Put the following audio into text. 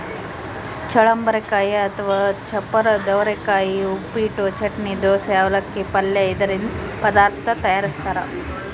ಚಳ್ಳಂಬರೆಕಾಯಿ ಅಥವಾ ಚಪ್ಪರದವರೆಕಾಯಿ ಉಪ್ಪಿಟ್ಟು, ಚಟ್ನಿ, ದೋಸೆ, ಅವಲಕ್ಕಿ, ಪಲ್ಯ ಇದರಿಂದ ಪದಾರ್ಥ ತಯಾರಿಸ್ತಾರ